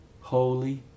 holy